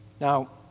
Now